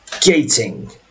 gating